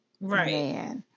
right